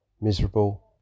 miserable